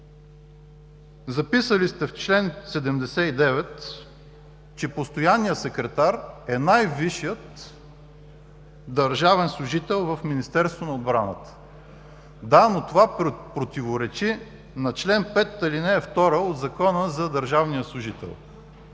Записали сте в чл. 79, че „Постоянният секретар на отбраната е най-висшият държавен служител в Министерството на отбраната”. Да, но това противоречи на чл. 5, ал. 2 от Закона за държавния служител,